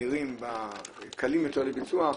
נראים אולי קלים יותר לביצוע,